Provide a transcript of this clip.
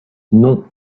non